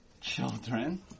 children